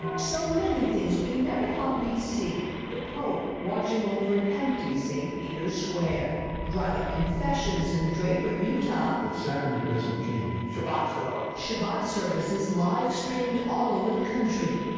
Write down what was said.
so many things we never thought we'd see the pope watching over an empty st. peter's square driveup confessions in draper, utah sacrament doesn't change reporter shabat shabat services livestreamed all over the country